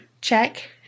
check